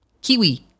Kiwi